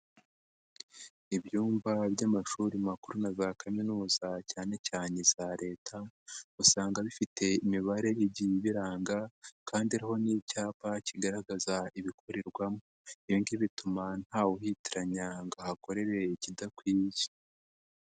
Ibyumba by'amashuri makuru na za kaminuza cyane cyane iza Leta usanga bifite imibare iba igiye ibiranga kandi hariho n'icyapa kigaragaza ibikorerwamo, ibi ngibi bituma ntawe uhitiranya ngo ahakorere ikidakwiye.